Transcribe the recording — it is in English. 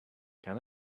can